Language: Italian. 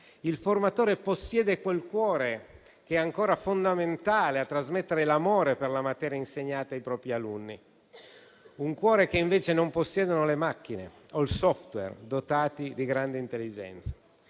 Il formatore possiede quel cuore che è ancora fondamentale a trasmettere l'amore per la materia insegnata ai propri alunni, un cuore che invece non possiedono le macchine o i *software* dotati di grande intelligenza.